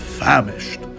Famished